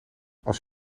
als